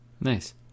Nice